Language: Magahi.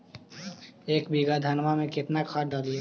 एक बीघा धन्मा में केतना खाद डालिए?